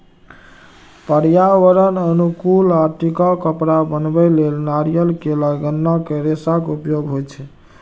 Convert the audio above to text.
पर्यावरण अनुकूल आ टिकाउ कपड़ा बनबै लेल नारियल, केला, गन्ना के रेशाक उपयोग होइ छै